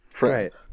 Right